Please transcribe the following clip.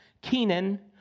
Kenan